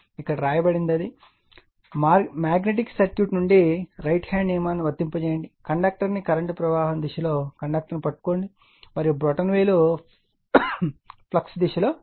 ఇక్కడ వ్రాయబడినది magnetic circuit నుండి రైట్ హ్యాండ్ నియమాన్ని వర్తింపజేయండి కండక్టర్ను కరెంట్ ప్రవాహం దిశలో కండక్టర్ను పట్టుకోండి మరియు బ్రొటన వేలు ఫ్లక్స్ దిశగా ఉంటుంది